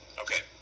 Okay